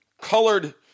colored